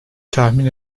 tahmin